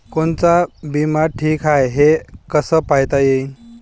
कोनचा बिमा ठीक हाय, हे कस पायता येईन?